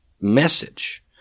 message